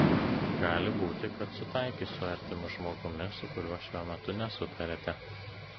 gali būti kad sutaikys su artimu žmogumi su kuriuo šiuo metu nesutariate